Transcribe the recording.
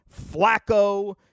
Flacco